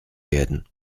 werden